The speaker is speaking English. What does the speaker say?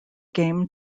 game